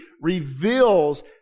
reveals